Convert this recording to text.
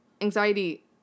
anxiety